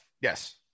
Yes